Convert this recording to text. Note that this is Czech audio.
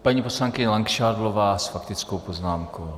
Paní poslankyně Langšádlová s faktickou poznámkou.